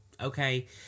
Okay